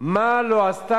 אבל לא יכול להיות,